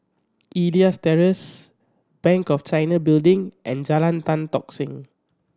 Elias Terrace Bank of China Building and Jalan Tan Tock Seng